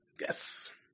Yes